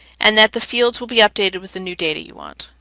and that the fields will be updated with the new data you want.